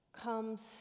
comes